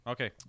Okay